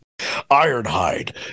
Ironhide